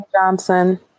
Johnson